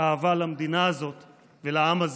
אהבה למדינה הזאת ולעם הזה,